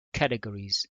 categories